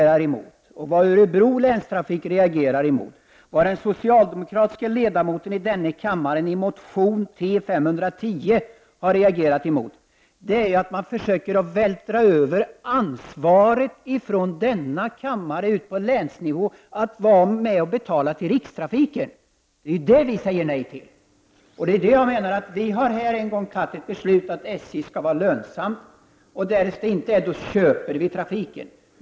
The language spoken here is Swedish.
Vad vi och Örebro läns länstrafikbolag reagerar mot är detsamma som några socialdemokratiska ledamöter i motion T510 har reagerat mot, nämligen att man försöker att till länsnivån vältra över denna kammares ansvar för att betala för rikstrafiken. Det är det som vi säger nej till. Riksdagen har en gång fattat ett beslut om att SJ skall vara lönsamt och att staten, om så inte är fallet, skall köpa trafik.